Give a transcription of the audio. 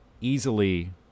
easily